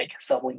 sublingual